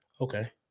Okay